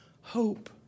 hope